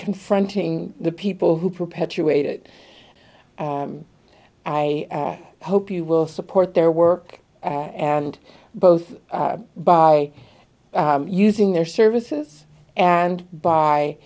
confronting the people who perpetuate it i hope you will support their work and both by using their services and